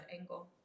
angle